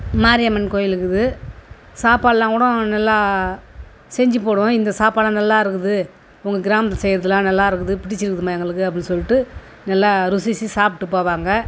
மாரியம்மன் கோவில் இருக்குது சாப்பாடுலாம் கூட நல்லா செஞ்சு போடுவோம் இந்த சாப்பாடுலாம் நல்லா இருக்குது உங்கள் கிராமத்தில் செய்கிறதுலாம் நல்லா இருக்குது பிடித்திருக்குதும்மா எங்களுக்கு அப்படின்னு சொல்லிட்டு நல்லா ருசித்து சாப்பிட்டு போவாங்க